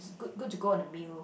good good to go on a meal